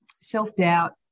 self-doubt